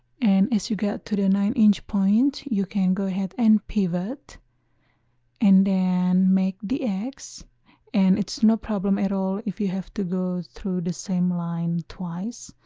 and as you get to the nine inch point you can go ahead and pivot and then make the x and it's no problem at all if you have to go through the same line twice